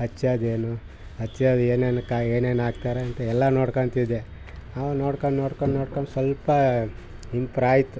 ಹೆಚ್ಚೋದೇನು ಹೆಚ್ಚೋದು ಏನೇನಕ್ಕೆ ಏನೇನು ಹಾಕ್ತಾರ ಅಂತ ಎಲ್ಲ ನೋಡ್ಕೊಂತಿದ್ದೆ ಹಾ ನೋಡ್ಕಂಡು ನೋಡ್ಕಂಡು ನೋಡ್ಕಂಡು ಸ್ವಲ್ಪ ಇಂಪ್ರಾಯಿತು